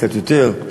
קצת יותר.